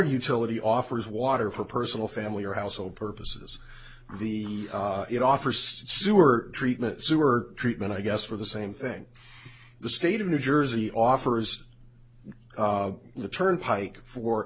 utility offers water for personal family or household purposes the it offers sewer treatment sewer treatment i guess for the same thing the state of new jersey offers the turnpike for